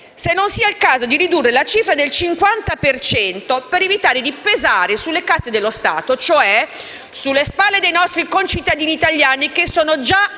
se non sia il caso di ridurre la cifra del 50 per cento, per evitare di pesare sulle casse dello Stato, cioè sulle spalle dei nostri cittadini italiani, che sono già